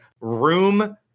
room